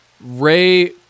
Ray